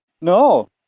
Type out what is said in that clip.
No